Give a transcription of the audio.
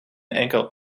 enkel